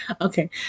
Okay